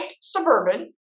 Suburban